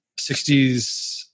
60s